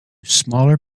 smaller